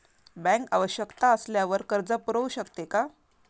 Bank आवश्यकता असल्यावर कर्ज पुरवू शकते का?